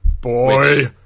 Boy